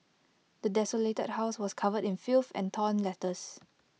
the desolated house was covered in filth and torn letters